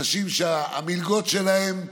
אנשים שהמלגות שלהם,